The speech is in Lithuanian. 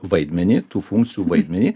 vaidmenį tų funkcijų vaidmenį